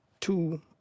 two